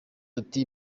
ati